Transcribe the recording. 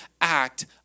act